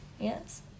yes